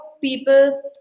people